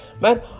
Man